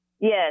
Yes